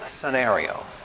scenario